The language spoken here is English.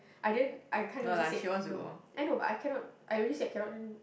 I didn't I can't I was just said no I know but I cannot I already said cannot